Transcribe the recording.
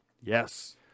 yes